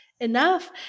enough